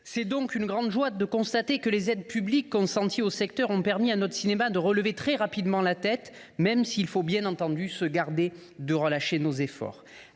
C’est avec une grande joie que je constate donc que les aides publiques consenties au secteur ont permis à notre cinéma de relever très rapidement la tête, même s’il faut bien entendu se garder de relâcher nos efforts.